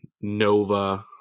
Nova